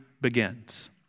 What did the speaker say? begins